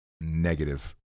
Negative